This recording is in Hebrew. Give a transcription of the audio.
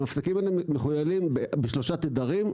המפסקים האלה מכוילים בשלושה תדרים,